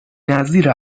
نظیر